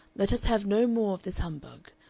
let us have no more of this humbug.